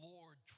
Lord